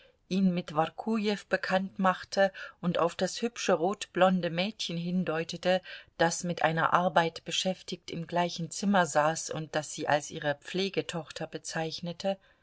ihn mit workujew bekannt machte und auf das hübsche rotblonde mädchen hindeutete das mit einer arbeit beschäftigt im gleichen zimmer saß und das sie als ihre pflegetochter bezeichnete